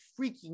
freaking